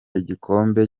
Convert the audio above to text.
igikombe